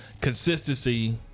consistency